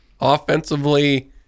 Offensively